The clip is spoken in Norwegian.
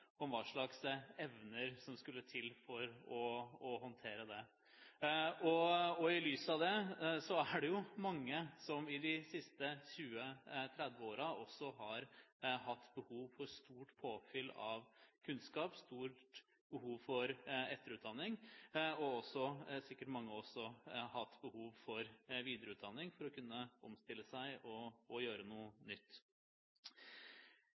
om hva slags evner som skulle til for å håndtere det. I lys av det er det mange som i de siste 20–30 årene også har hatt behov for stort påfyll av kunnskap, stort behov for etterutdanning, og mange har sikkert også hatt behov for videreutdanning for å kunne omstille seg og gjøre noe